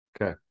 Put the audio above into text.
okay